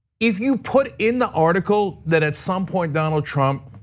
if you put in the article that at some point donald trump